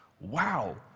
Wow